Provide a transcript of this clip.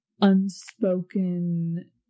unspoken